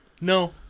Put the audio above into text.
no